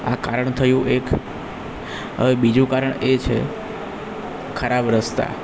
આ કારણ થયું એક હવે બીજું કારણ એ છે ખરાબ રસ્તા